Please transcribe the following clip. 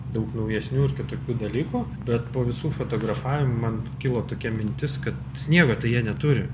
daug naujesnių ir kitokių dalykų bet po visų fotografavimų man kilo tokia mintis kad sniego tai jie neturi